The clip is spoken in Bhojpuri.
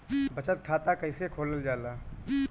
बचत खाता कइसे खोलल जाला?